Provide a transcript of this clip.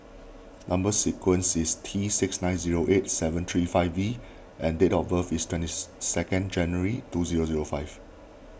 Number Sequence is T six nine zero eight seven three five V and date of birth is twenty second January two zero zero five